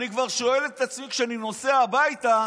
כשאני נוסע הביתה